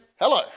Hello